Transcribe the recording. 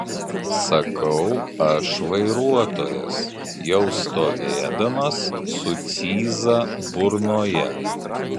sakau aš vairuotojas jau stovėdamas su cyza burnoje